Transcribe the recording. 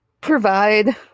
provide